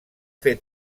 fer